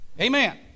Amen